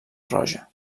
roja